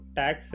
tax